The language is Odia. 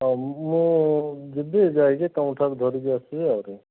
ହଉ ମୁଁ ଯିବି ଯାଇକି ତମ ଠାରୁ ଧରିକି ଆସିବି ଆଉ